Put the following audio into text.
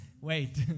wait